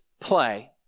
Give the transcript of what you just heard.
play